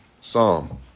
psalm